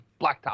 blacktop